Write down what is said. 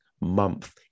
month